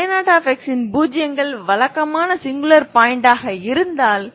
a0xஇன் பூஜ்ஜியங்கள் வழக்கமான சிங்குலர் புள்ளிகளாக இருந்தால்